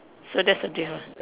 so that's the difference